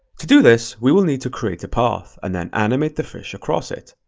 to do this, we will need to create a path, and then animate the fish across it.